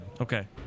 Okay